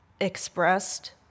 expressed